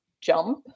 jump